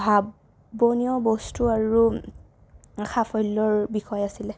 ভাৱনীয় বস্তু আৰু সাফল্যৰ বিষয় আছিলে